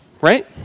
right